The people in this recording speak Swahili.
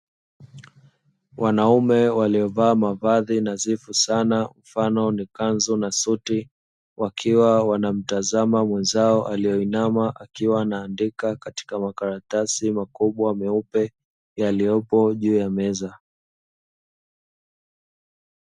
Wanaume waliovaa mavazi nadhifu sana mfano ni kanzu na suti, wakiwa wanamtazama mwenzao aliyeinama akiwa anaandika katika makaratasi makubwa meupe yaliyopo juu ya meza.